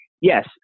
Yes